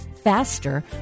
faster